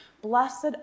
Blessed